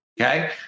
okay